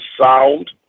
sound